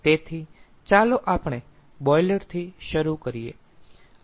તેથી ચાલો આપણે બોઈલર થી શરૂ કરીએ